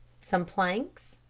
some planks,